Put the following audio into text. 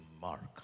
mark